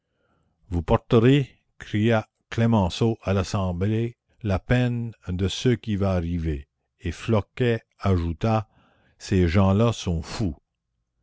vous porterez cria clemenceau à l'assemblée la peine de ce qui va arriver et floquet ajouta ces gens-là sont fous